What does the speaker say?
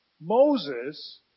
Moses